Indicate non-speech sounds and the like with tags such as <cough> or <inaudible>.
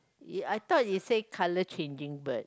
<noise> I thought you say colour changing bird